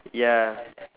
ya